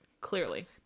clearly